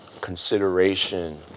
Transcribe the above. consideration